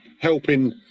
helping